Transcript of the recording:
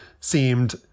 seemed